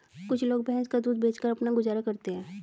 कुछ लोग भैंस का दूध बेचकर अपना गुजारा करते हैं